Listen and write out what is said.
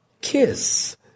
kiss